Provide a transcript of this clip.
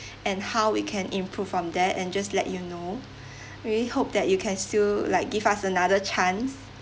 and how we can improve from there and just let you know I really hope that you can still like give us another chance